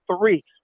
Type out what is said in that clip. three